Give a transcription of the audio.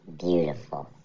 Beautiful